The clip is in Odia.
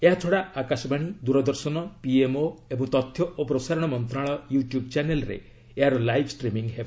ଏହାଛଡ଼ା ଆକାଶବାଣୀ ଦୂରଦର୍ଶନ ପିଏମ୍ଓ ଏବଂ ତଥ୍ୟ ଓ ପ୍ରସାରଣ ମନ୍ତ୍ରଣାଳୟ ୟୁ ଟ୍ୟୁବ୍ ଚ୍ୟାନେଲ୍ରେ ଏହାର ଲାଇଭ୍ ଷ୍ଟ୍ରିମିଙ୍ଗ୍ ହେବ